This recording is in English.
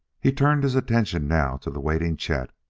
he turned his attention now to the waiting chet.